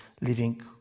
living